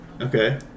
Okay